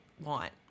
want